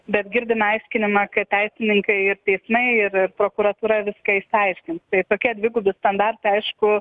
bet girdime aiškinimą kad teisininkai ir teismai ir prokuratūra viską išsiaiškins tai tokie dvigubi standartai aišku